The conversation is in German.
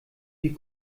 die